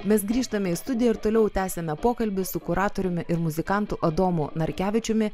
mes grįžtame į studiją ir toliau tęsiame pokalbį su kuratoriumi ir muzikantu adomu narkevičiumi